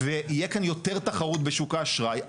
ויהיה כאן יותר תחרות בשוק האשראי,